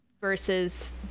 versus